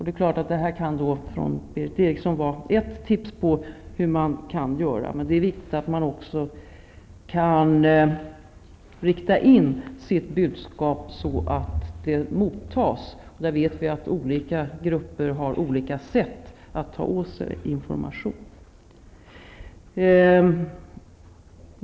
Det är klart att det som Berith Eriksson tog upp är ett tips på vad som kan göras, men det är viktigt att också rikta in budskapet så att det mottas -- vi vet att olika grupper har olika sätt att ta åt sig information.